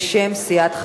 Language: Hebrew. בשם סיעת חד"ש.